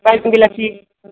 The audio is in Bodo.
बायसुं बेलाथि